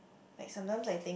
like sometimes I think